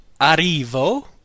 arrivo